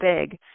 big